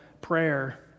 prayer